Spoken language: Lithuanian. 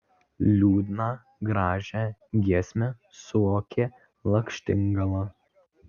liūdną gražią giesmę suokė lakštingala